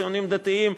הציונים-דתיים,